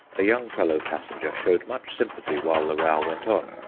a young fellow-passenger showed much sympathy while the row went on,